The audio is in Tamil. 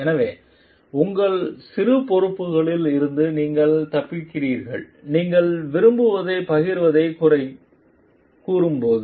எனவே உங்கள் சில பொறுப்புகளில் இருந்து நீங்கள் தப்பிக்கிறீர்கள் நீங்கள் விரும்புவதைப் பகிர்வதைக் குறை கூறும்போது